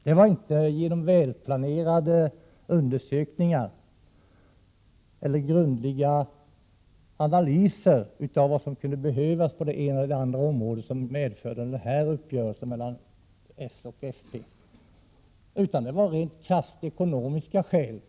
Det var inte välplanerade undersökningar eller grundliga analyser av vad som kunde behövas på det ena eller andra området som ledde till uppgörelsen mellan socialdemokraterna och folkpartiet utan krasst ekonomiska skäl.